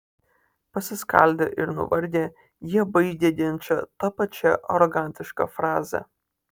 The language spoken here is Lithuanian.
pasiskaldę ir nuvargę jie baigia ginčą ta pačia arogantiška fraze